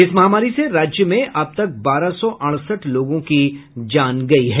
इस महामारी से राज्य में अब तक बारह सौ अड़सठ लोगों की जान गयी है